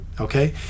okay